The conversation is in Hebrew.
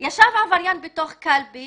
ישב עבריין מארגון פשיעה בתוך קלפי